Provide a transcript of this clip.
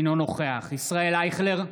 אינו נוכח ישראל אייכלר,